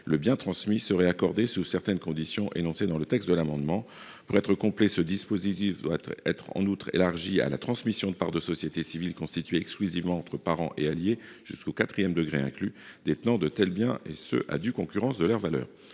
le bien transmis, serait accordée sous certaines conditions précisées dans le texte de cet amendement. En outre, pour être complet, ce dispositif doit être élargi à la transmission de parts de sociétés civiles constituées exclusivement entre parents et alliés, jusqu’au quatrième degré inclus, détenant de tels biens et ce à due concurrence de leur valeur.